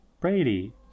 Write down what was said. Brady